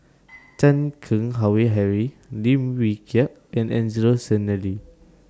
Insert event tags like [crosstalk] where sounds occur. [noise] Chan Keng Howe Harry Lim Wee Kiak and Angelo Sanelli